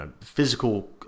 physical